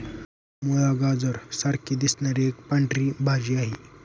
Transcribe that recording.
मुळा, गाजरा सारखी दिसणारी एक पांढरी भाजी आहे